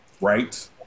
Right